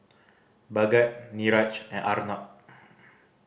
Bhagat Niraj and Arnab